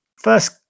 first